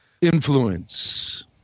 influence